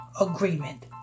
agreement